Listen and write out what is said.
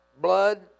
blood